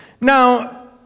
Now